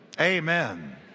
Amen